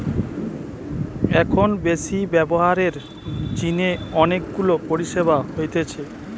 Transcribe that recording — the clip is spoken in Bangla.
এখন বেশি ব্যবহারের জিনে অনেক গুলা পরিষেবা হতিছে